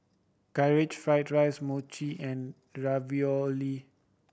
Karaage Fried dries Mochi and Ravioli